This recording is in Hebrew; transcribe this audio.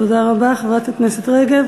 תודה רבה, חברת הכנסת רגב.